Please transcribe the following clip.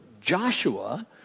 Joshua